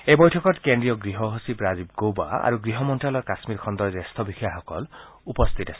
এই বৈঠকত কেন্দ্ৰীয় গৃহ সচিব ৰাজীৱ গৌবা আৰু গৃহ মন্ত্যালয়ৰ কাশ্মীৰ খণ্ডৰ জ্যেষ্ঠ বিষয়াসকল উপস্থিত আছিল